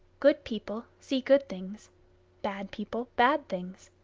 good people see good things bad people, bad things.